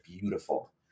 beautiful